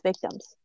victims